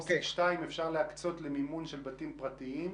אפשר להקצות 1.2 מיליארד למימון של בתים פרטיים,